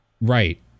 Right